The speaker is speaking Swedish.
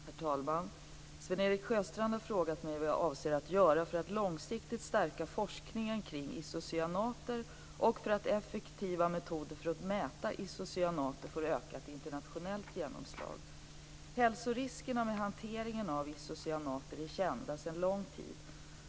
Herr talman! Sven-Erik Sjöstrand har frågat mig vad jag avser att göra för att långsiktigt stärka forskningen kring isocyanater och för att effektiva metoder för att mäta isocyanater skall få ökat internationellt genomslag. Hälsoriskerna med hanteringen av isocyanater är kända sedan lång tid.